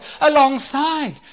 alongside